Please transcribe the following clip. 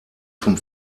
vom